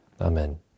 Amen